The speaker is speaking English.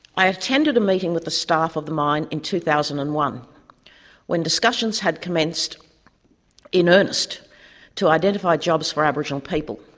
i attended a meeting with the staff of the mine in two thousand and one when discussions had commenced in earnest to identify jobs for aboriginal people.